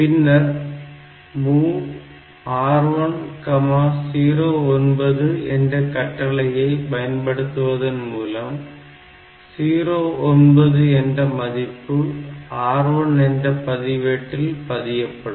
பின்னர் MOV R1 09 என்ற கட்டளையை பயன்படுத்துவதன் மூலம் 09 என்ற மதிப்பு R1 என்ற பதிவேட்டில் பதியப்படும்